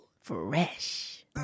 Fresh